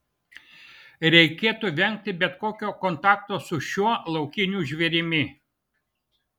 reikėtų vengti bet kokio kontakto su šiuo laukiniu žvėrimi